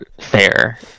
fair